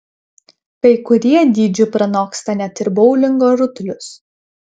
kai kurie dydžiu pranoksta net ir boulingo rutulius